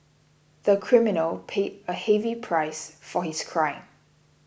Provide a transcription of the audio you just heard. the criminal paid a heavy price for his crime